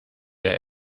der